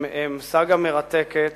הם סאגה מרתקת